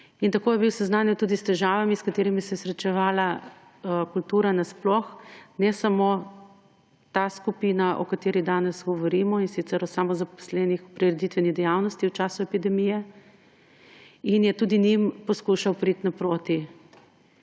tako je bil seznanjen tudi s težavami, s katerimi se je srečevala kulturna sploh, ne samo ta skupina, o kateri danes govorimo, in sicer o samozaposlenih v prireditveni dejavnosti v času epidemije, in je tudi njim poskušal priti naproti.